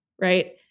right